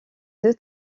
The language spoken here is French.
deux